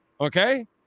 Okay